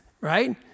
right